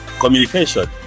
communication